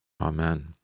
Amen